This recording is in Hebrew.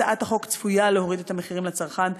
הצעת החוק צפויה להוריד את המחירים לצרכן,